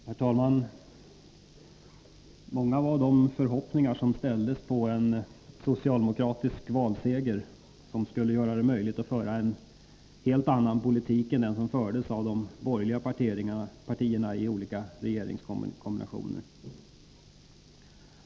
Herr talman! Många var de förhoppningar som ställdes på en socialdemokratisk valseger, vilken skulle göra det möjligt att föra en helt annan politik än den som fördes av de borgerliga partierna i olika regeringskombinationer.